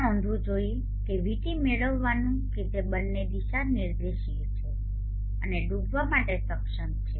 એ નોંધવું જોઇએ કે VT મેળવવાનું કે જે બંને દિશા નિર્દેશીય છે અને ડૂબવા માટે સક્ષમ છે